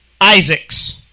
Isaac's